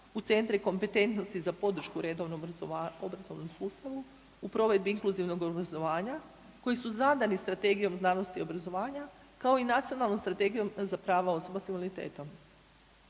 u centre kompetentnosti za podršku redovnom obrazovnom sustavu u provedbi inkluzivnog obrazovanja koji su zadani strategijom znanosti i obrazovanja kao i nacionalnom strategijom za prava osoba s invaliditetom.